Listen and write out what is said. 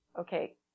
Okay